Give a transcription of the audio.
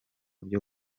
byo